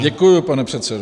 Děkuji, pane předsedo.